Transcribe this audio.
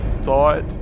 thought